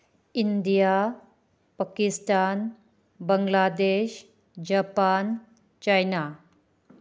India Pakistan Bangladesh Japan China